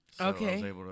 Okay